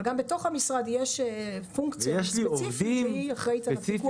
אבל גם בתוך המשרד יש פונקציה שהיא אחראית על הפיקוח.